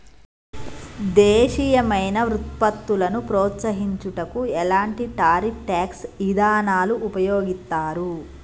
దేశీయమైన వృత్పత్తులను ప్రోత్సహించుటకు ఎలాంటి టారిఫ్ ట్యాక్స్ ఇదానాలు ఉపయోగిత్తారు